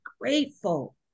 grateful